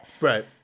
Right